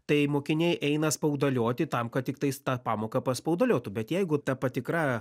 tai mokiniai eina spaudalioti tam kad tiktais tą pamoką paspaudaliotų bet jeigu ta patikra